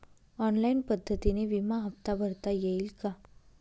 Online पद्धतीने विमा हफ्ता भरता येईल का?